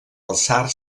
alçar